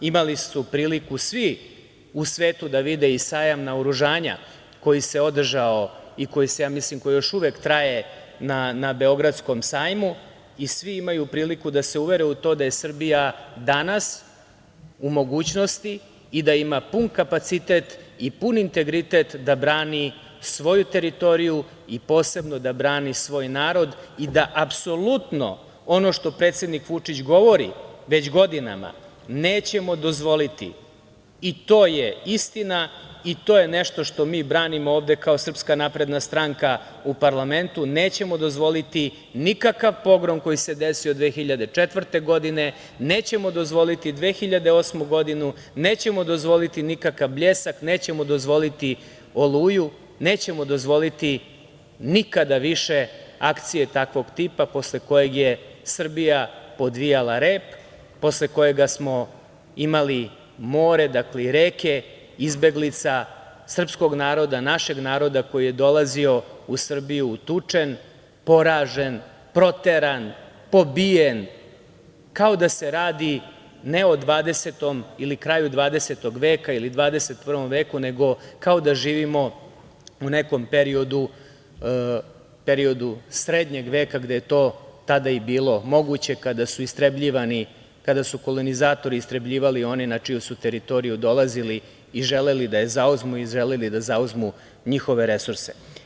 Imali su priliku svi u svetu da vide i sajam naoružanja koji se održao i koji još uvek traje na Beogradskom sajmu i svi imaju priliku da se uvere u to da je Srbija danas u mogućnosti i da ima pun kapacitet i pun integritet da brani svoju teritoriju i posebno da brani svoj narod i da apsolutno, ono što predsednik Vučić govori već godinama, nećemo dozvoliti, i to je istina i to je nešto što mi branimo ovde kao SNS u parlamentu, nikakav pogrom koji se desio 2004. godine, nećemo dozvoliti 2008. godinu, nećemo dozvoliti nikakav "Bljesak", nećemo dozvoliti "Oluju", nećemo dozvoliti nikada više akcije takvog tipa posle kojeg je Srbija podvijala rep, posle kojega smo imali more i reke izbeglica srpskog naroda, našeg naroda, koji je dolazio u Srbiju utučen, poražen, proteran, pobijen, kao da se radi ne o 20. ili kraju 20. veka ili 21. veku, nego kao da živimo u nekom periodu srednjeg veka, gde je to tada i bilo moguće, kada su kolonizatori istrebljivali one na čiju su teritoriju dolazili i želeli da je zauzmu i da zauzmu njihove resurse.